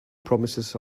promises